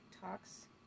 Talks